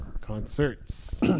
Concerts